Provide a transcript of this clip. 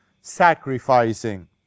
sacrificing